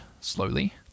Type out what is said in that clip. slowly